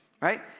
right